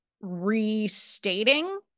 restating